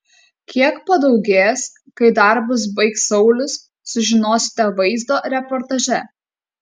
kiek padaugės kai darbus baigs saulius sužinosite vaizdo reportaže